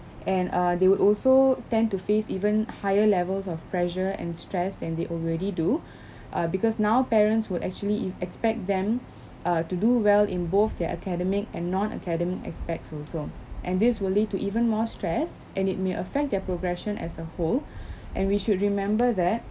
and uh they would also tend to face even higher levels of pressure and stress than they already do uh because now parents would actually e~ expect them uh to do well in both their academic and non academic aspects also and this will lead to even more stress and it may affect their progression as a whole and we should remember that